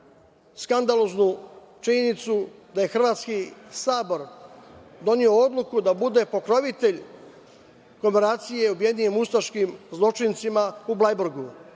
skandaloznu činjenicu da je Hrvatski sabor doneo odluku da bude pokrovitelj komemoracije Ujedinjenim ustaškim zločincima u Blajburgu,